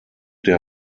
der